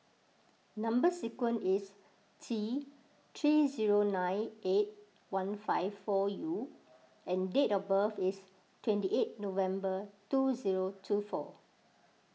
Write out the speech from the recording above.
Number Sequence is T three zero nine eight one five four U and date of birth is twenty eight November two zero two four